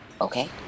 Okay